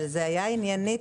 אבל זה היה עניינית.